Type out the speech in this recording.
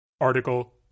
article